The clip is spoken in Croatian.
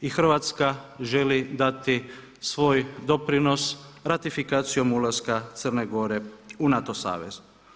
i Hrvatska želi dati svoj doprinos ratifikacijom ulaska Crne Gore u NATO savez.